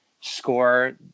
score